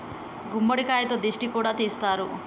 గుమ్మడికాయతో దిష్టి కూడా తీస్తారు